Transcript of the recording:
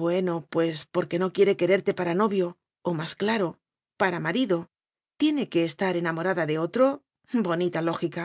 bueno pues porque no quiere quererte para novio o más claro para marido tiene que estar enamorada de otro bonita lógica